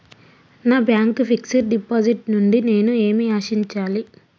నా bank fixed deposit నుండి నేను ఏమి ఆశించాలి?